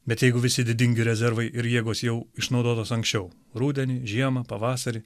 bet jeigu visi didingi rezervai ir jėgos jau išnaudotos anksčiau rudenį žiemą pavasarį